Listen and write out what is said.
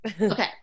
okay